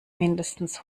mindestens